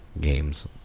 games